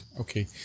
okay